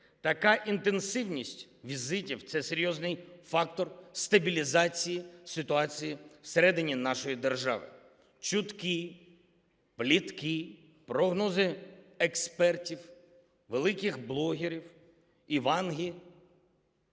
Така інтенсивність візитів – це серйозний фактор стабілізації ситуації всередині нашої держави. Чутки, плітки, прогнози експертів, великих блогерів і Ванги